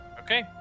Okay